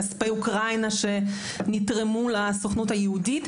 כספי אוקראינה שנתרמו לסוכנות היהודית.